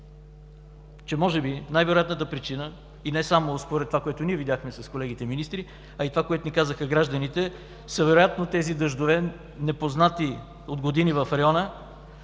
че може би най вероятната причина – и не само според това, което видяхме с колегите министри, а и това, което ни казаха гражданите – са тези дъждове, непознати от години в района.